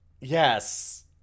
Yes